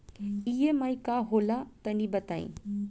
EMI का होला तनि बताई?